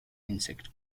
insect